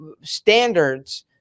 standards